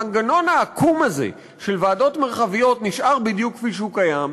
המנגנון העקום הזה של ועדות מרחביות נשאר בדיוק כפי שהוא קיים,